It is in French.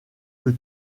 que